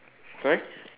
sorry